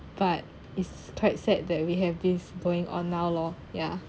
but is quite sad that we have this going on now lor ya